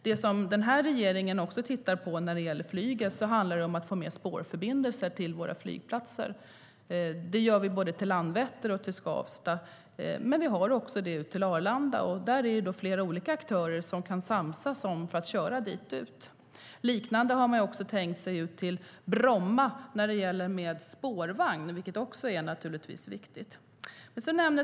Det som den här regeringen tittar på när det gäller flyget är att få fler spårförbindelser till både Landvetter och Skavsta. Vi har det ut till Arlanda. Där är det flera olika aktörer som kan samsas om att köra dit ut. Liknande har man tänkt sig ut till Bromma, nämligen spårväg, och det är naturligtvis viktigt.